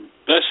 best